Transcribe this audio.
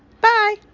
Bye